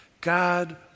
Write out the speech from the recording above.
God